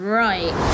right